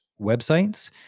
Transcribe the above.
websites